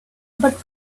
but